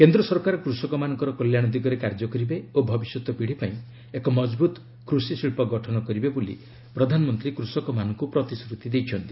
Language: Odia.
କେନ୍ଦ୍ର ସରକାର କୃଷକମାନଙ୍କର କଲ୍ୟାଣଦିଗରେ କାର୍ଯ୍ୟ କରିବେ ଓ ଭବିଷ୍ୟତ ପିଢ଼ିପାଇଁ ଏକ ମଜବୁତ କୁଷି ଶିଳ୍ପ ଗଠନ କରିବେ ବୋଲି ପ୍ରଧାନମନ୍ତ୍ରୀ କୃଷକମାନଙ୍କୁ ପ୍ରତିଶ୍ରତି ଦେଇଛନ୍ତି